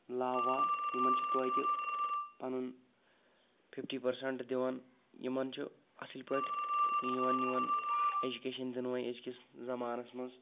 لا وا یِمن چھُ توتہِ پنُن فِفٹی پٔرسنٹ دِوان یِمن چھُ اَصٕل پأٹھۍ یِوان یِوان ایٚجُکیشن دِنہٕ وۄنۍ أزۍ کِس زمانس منٛز